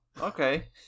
okay